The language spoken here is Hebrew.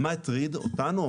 מה הטריד אותנו?